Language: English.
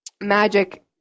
magic